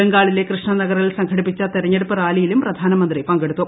ബംഗാളിലെ കൃഷ്ണനഗറിൽ സംഘടിപ്പിച്ച തെരഞ്ഞെടുപ്പ് റാലിയിലും പ്രധാനമന്ത്രി പങ്കെടുത്തു